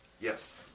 Yes